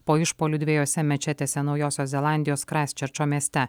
po išpuolių dvejose mečetėse naujosios zelandijos kraistčerčo mieste